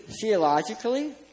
theologically